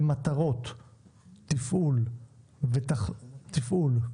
למטרות תפעול --- תפעול,